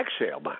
exhale